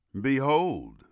Behold